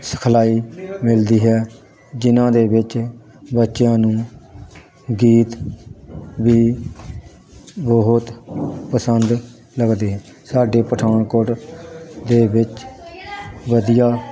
ਸਿਖਲਾਈ ਮਿਲਦੀ ਹੈ ਜਿਨ੍ਹਾਂ ਦੇ ਵਿੱਚ ਬੱਚਿਆਂ ਨੂੰ ਗੀਤ ਵੀ ਬਹੁਤ ਪਸੰਦ ਲੱਗਦੇ ਹੈ ਸਾਡੇ ਪਠਾਨਕੋਟ ਦੇ ਵਿੱਚ ਵਧੀਆ